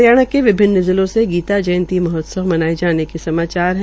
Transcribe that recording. हरियाणा के विभिन्न जिलों से गीता जयंती महोत्सव मनाये जाने के समाचार है